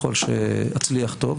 ככל שאצליח טוב,